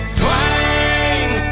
twang